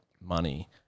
money